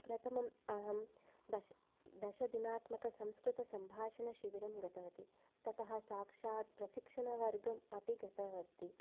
प्रथमम् अहं दश दशदिनात्मकसंस्कृतसम्भाषणशिबिरं गतवती ततः साक्षात् प्रसिक्षणवर्गम् अपि गतवती